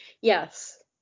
yes